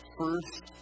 first